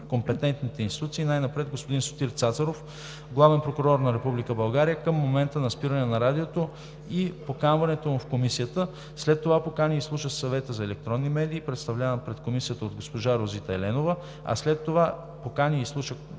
компетентните институции най-напред господин Сотир Цацаров – Главен прокурор на Република България към момента на спиране на радиото и поканването му в Комисията, след това покани и изслуша Съвета за електронни медии, представляван пред Комисията от госпожа Розита Еленова, а след това покани и изслуша